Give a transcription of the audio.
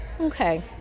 Okay